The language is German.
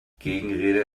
gegenrede